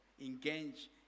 Engage